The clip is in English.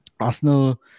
Arsenal